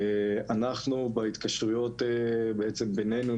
אנחנו בהתקשרויות בינינו,